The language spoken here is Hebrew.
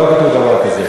לא כתוב דבר כזה.